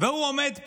והוא עומד פה,